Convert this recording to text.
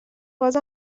باز